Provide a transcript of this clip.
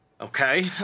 Okay